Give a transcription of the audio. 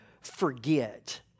forget